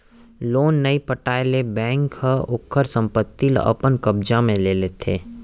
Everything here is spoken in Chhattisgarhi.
लोन नइ पटाए ले बेंक ह ओखर संपत्ति ल अपन कब्जा म ले लेथे